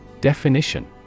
Definition